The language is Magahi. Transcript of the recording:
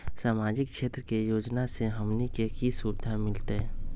सामाजिक क्षेत्र के योजना से हमनी के की सुविधा मिलतै?